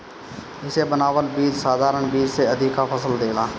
इसे बनावल बीज साधारण बीज से अधिका फसल देला